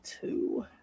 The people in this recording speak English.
Two